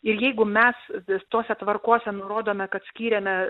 ir jeigu mes tose tvarkose nurodome kad skyrėme